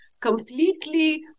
completely